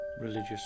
Religious